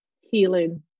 healing